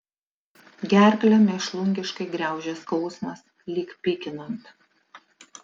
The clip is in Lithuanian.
gerklę mėšlungiškai gniaužė skausmas lyg pykinant